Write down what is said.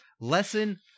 Lesson